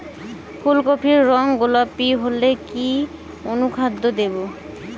ফুল কপির রং গোলাপী হলে কি অনুখাদ্য দেবো?